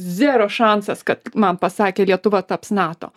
zero šansas kad man pasakė lietuva taps nato